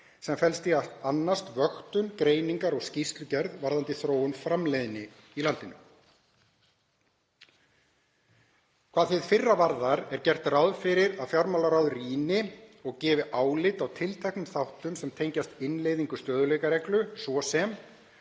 sem felist í því að annast vöktun, greiningar og skýrslugerð varðandi þróun framleiðni í landinu. Hvað hið fyrra varðar er gert ráð fyrir að fjármálaráð rýni og gefi álit á tilteknum þáttum sem tengjast innleiðingu á stöðugleikareglu, svo sem